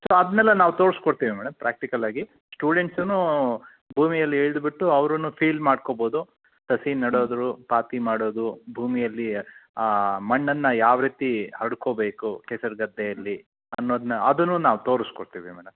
so ಅದ್ನೆಲ್ಲ ನಾವು ತೋರಿಸ್ಕೊಡ್ತೀವಿ ಮೇಡಮ್ ಪ್ರ್ಯಾಕ್ಟಿಕಲ್ಲಾಗಿ ಸ್ಟೂಡೆಂಟ್ಸುನೂ ಭೂಮಿಯಲ್ಲಿ ಇಳ್ದು ಬಿಟ್ಟು ಅವ್ರೂ ಫೀಲ್ ಮಾಡ್ಕೊಬೋದು ಸಸಿ ನೆಡೋದ್ರು ಪಾತಿ ಮಾಡೋದು ಭೂಮಿಯಲ್ಲಿ ಆ ಮಣ್ಣನ್ನು ಯಾವ ರೀತಿ ಹರಡ್ಕೋಬೇಕು ಕೆಸರು ಗದ್ದೆಯಲ್ಲಿ ಅನ್ನೋದನ್ನ ಅದನ್ನು ನಾವು ತೋರಿಸ್ಕೊಡ್ತೀವಿ ಮೇಡಮ್